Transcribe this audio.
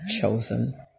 chosen